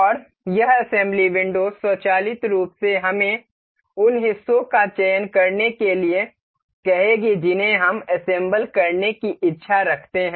और यह assembly window स्वचालित रूप से हमें उन हिस्सों का चयन करने के लिए कहेगी जिन्हे हम असेंबल करने की इच्छा रखते हैं